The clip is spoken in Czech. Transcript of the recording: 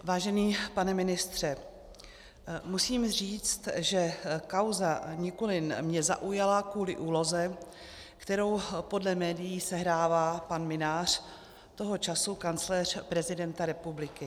Vážený pane ministře, musím říct, že kauza Nikulin mě zaujala kvůli úloze, kterou podle médií sehrává pan Mynář, toho času kancléř prezidenta republiky.